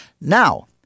Now